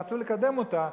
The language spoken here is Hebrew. רצו לקדם אותה,